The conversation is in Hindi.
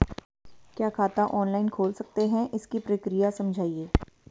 क्या खाता ऑनलाइन खोल सकते हैं इसकी प्रक्रिया समझाइए?